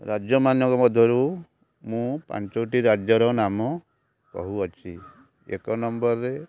ରାଜ୍ୟମାନଙ୍କ ମଧ୍ୟରୁ ମୁଁ ପାଞ୍ଚଟି ରାଜ୍ୟର ନାମ କହୁଅଛି ଏକ ନମ୍ବର୍ରେ